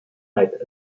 knight